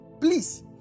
Please